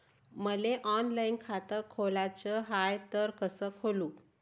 मले ऑनलाईन खातं खोलाचं हाय तर कस खोलू?